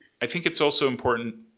i think it is also important,